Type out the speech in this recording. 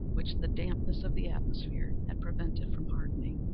which the dampness of the atmosphere had prevented from hardening.